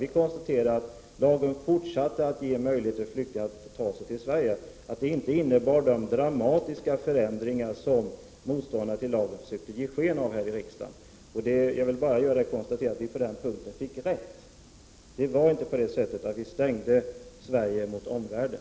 Vi konstaterade att lagen medgav fortsatt möjlighet för flyktingar att ta sig till Sverige och att den inte innebar de dramatiska förändringar som motståndare till lagen försökte ge sken av här i riksdagen. På den punkten fick vi således rätt. Det blev inte på det sättet att Sverige stängdes mot omvärlden.